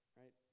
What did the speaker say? right